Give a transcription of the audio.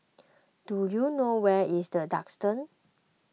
do you know where is the Duxton